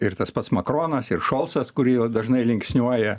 ir tas pats makronas ir šolcas kurį dažnai linksniuoja